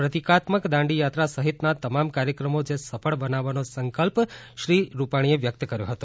પ્રતિકાત્મક દાંડી યાત્રા સહિતના તમામ કાર્યક્રમો જે સફળ બનાવવાનો સંકલ્પ શ્રી રૂપાણીએ વ્યક્ત કર્યો હતો